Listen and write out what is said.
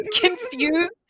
confused